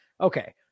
Okay